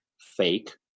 Fake